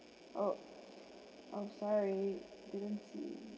oh I'm sorry didn't see